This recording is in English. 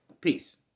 Peace